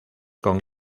con